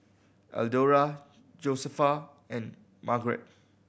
Eldora Josefa and Margarett